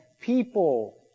people